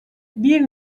bir